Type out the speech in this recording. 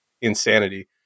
insanity